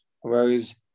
whereas